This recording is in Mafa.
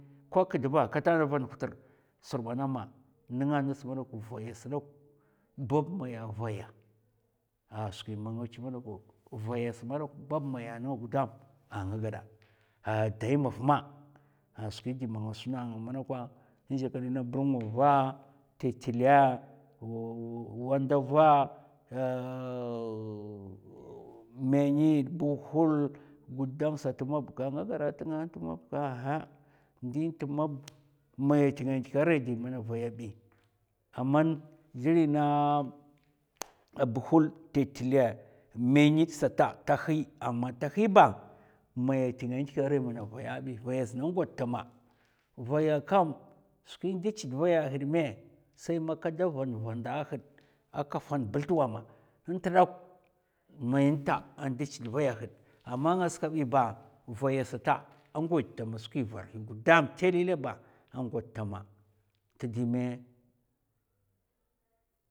Ko kad ba kata na van hutrr sud gwana ma nènga ngas mana kwa vayas dauk, bab maya a vaya a skwi man nga chu. vayas ma dauk, bab maya nènga gudam a nga ghada a dai maf ma a skwi di man nga suna nga manakwa, in zhèkidi na burngova, tèttulè, wandava ahh uhh mèmid, buhul, gudam sat mab ka nga ngad tnga nta mab aha ndi nt mab maya tnga nndèkè ara di mana vaya bi, amman gili na buhul, tèttulè. mèmid sata ta hi amma ta hi ba naya tnga a ndika ara mana vaya bi, vaya sa aa ngwad tama vaya kam skwin dè chèd vaya had mè sai man kada van vanda had aka fan bultu a ma ntdauk mayan nta aman a chèd vaya haè amma ngas kabi ba vaya sata a nguɗ'tama skwi varhi gudam tèlèlè ba a ngwad tama tè di mɓ,